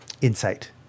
insight